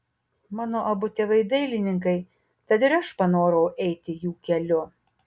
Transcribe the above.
mano abu tėvai dailininkai tad ir aš panorau eiti jų keliu